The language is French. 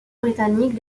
britanniques